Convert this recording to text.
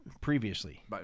previously